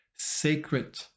sacred